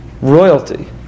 royalty